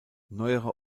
neuere